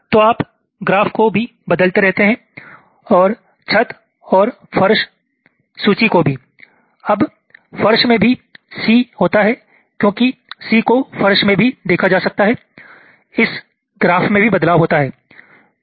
तो आप ग्राफ को भी बदलते रहते हैं और छत और फर्श सूची को भी अब फर्श में भी C होता है क्योंकि C को फर्श में भी देखा जा सकता है इस ग्राफ में भी बदलाव होता है